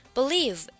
Believe